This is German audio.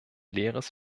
leeres